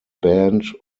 band